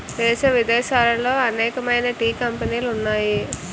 దేశ విదేశాలలో అనేకమైన టీ కంపెనీలు ఉన్నాయి